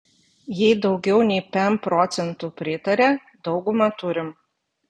jei daugiau nei pem procentų pritaria daugumą turim